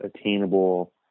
attainable